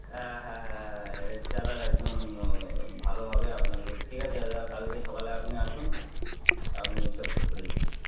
হ্যাঁ হ্যাঁ হ্যাঁ হ্যাঁ রেড কালার একদম ভালো হবে আপনাকে ঠিক আছে দাদা কালকে সকালে আপনি আসুন আমি এইসব ঠিক করে দিচ্ছি